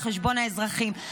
על חשבון האזרחים.